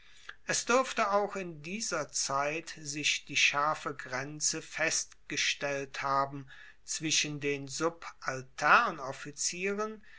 es duerfte auch in dieser zeit sich die scharfe grenze festgestellt haben zwischen den